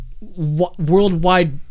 worldwide